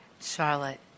Charlotte